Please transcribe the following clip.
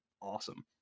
awesome